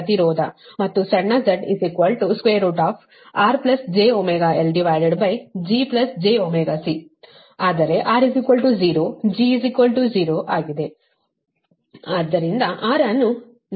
ಮತ್ತು ಸಣ್ಣ z rjωLgjωC ಆದರೆ r 0 g 0 ಆಗಿದೆ